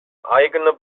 eigene